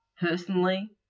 personally